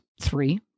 three